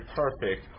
perfect